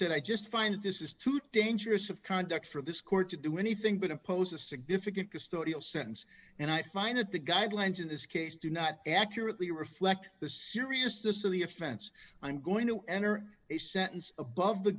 and i just find this is too dangerous of conduct for this court to do anything but impose a significant historical sentence and i find that the guidelines in this case do not accurately reflect the seriousness of the offense i'm going to enter the sentence above the